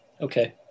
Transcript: Okay